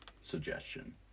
suggestion